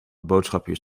boodschapjes